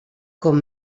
com